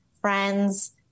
friends